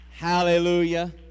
Hallelujah